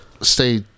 stay